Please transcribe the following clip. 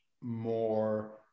more